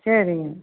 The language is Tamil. சரிங்க